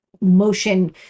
motion